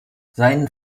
sein